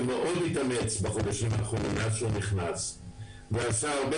שמאוד מתאמץ מאז שהוא נכנס וכבר עשה הרבה